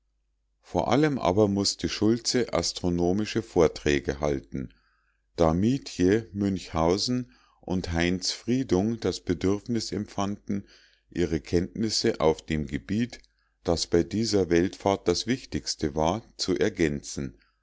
vor allem aber mußte schultze astronomische vorträge halten da mietje münchhausen und heinz friedung das bedürfnis empfanden ihre kenntnisse auf dem gebiet das bei dieser weltfahrt das wichtigste war zu ergänzen